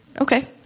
Okay